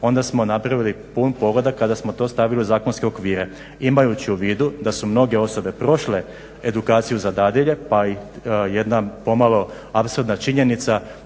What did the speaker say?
onda smo napravili pun pogodak kada smo to stavili u zakonske okvire. Imajući u vidu da su mnoge osobe prošle edukaciju za dadilje pa i jedna pomalo apsurdna činjenica